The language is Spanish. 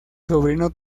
sobrino